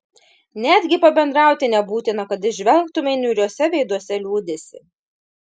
netgi pabendrauti nebūtina kad įžvelgtumei niūriuose veiduose liūdesį